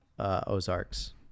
Ozarks